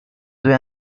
due